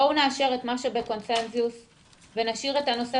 בואו נאשר את מה שבקונצנזוס ונשאיר את הנושא